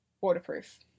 Waterproof